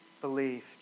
believed